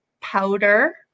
powder